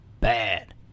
bad